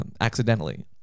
accidentally